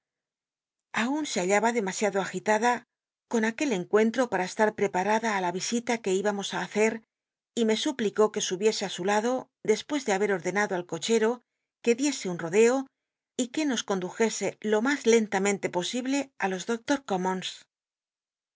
aun se hallaba demasiado agitada con aquel encuonlt'o para estar preparada á la visita que íbamos i hacct y me suplicó que subiese á su lacio despues ele habe ordenado al cochero que diese un r'odeo y que nos condujese lo mas lentamente posible i los